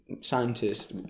scientists